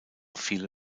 viele